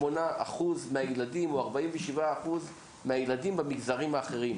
47%-48% מהילדים במגזרים האחרים,